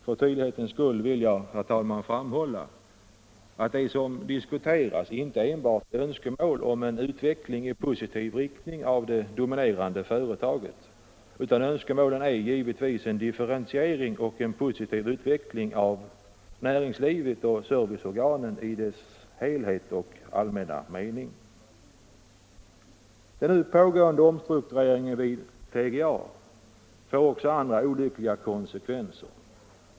För tydlighetens skull vill jag, herr talman, framhålla att det som diskuteras i motionen inte enbart är önskemål om en utveckling i positiv riktning av det dominerande företaget ensamt, utan önskemålet är givetvis en differentiering och positiv utveckling av näringsliv och serviceorgan i dess allmänna och vida mening. Detta inte minst på grund av att den nu pågående omstruktureringen vid Trelleborgs Gummifabrik också får andra olyckliga konsekvenser.